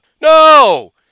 No